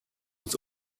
uns